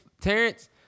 Terrence